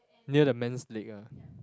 near the man's leg ah